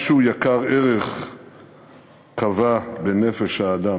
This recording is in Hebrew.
משהו יקר ערך כבה בנפש האדם.